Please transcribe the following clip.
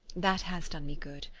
that has done me good.